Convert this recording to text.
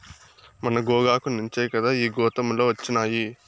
మన గోగాకు నుంచే కదా ఈ గోతాములొచ్చినాయి